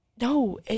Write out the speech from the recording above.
No